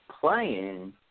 playing